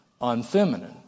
unfeminine